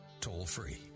toll-free